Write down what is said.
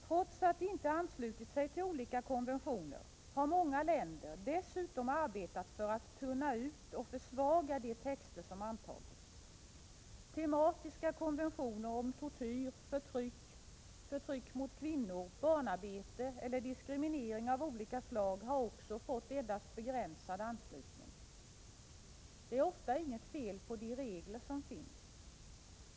Trots att de inte anslutit sig till olika konventioner har många länder dessutom arbetat för att tunna ut och försvaga de texter som antagits. Tematiska konventioner mot tortyr, förtryck av kvinnor, barnarbete eller diskriminering av olika slag har också fått endast begränsad anslutning. Det är ofta inget fel på de regler som finns.